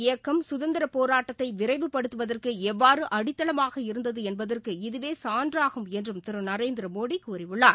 இயக்கம் சுதந்திரபோராட்டத்தைவிரைவு படுத்துவதற்குஎவ்வாறுஅடித்தளமாக இந்த இருந்ததுஎன்பதற்கு இதுவேசான்றாகும் என்றும் திருநரேந்திரமோடிகூறியுள்ளார்